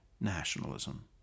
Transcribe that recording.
nationalism